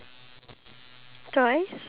ya true